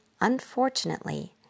unfortunately